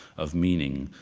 of meaning,